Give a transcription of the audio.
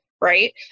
right